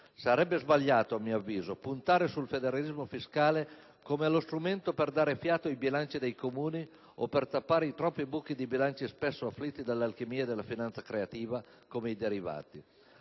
Sarebbe sbagliato, a mio avviso, puntare sul federalismo fiscale come allo strumento per dare fiato ai bilanci dei Comuni o per tappare i troppi buchi di bilancio, spesso afflitti dalle alchimie della finanza creativa, come i derivati.